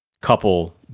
couple